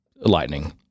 lightning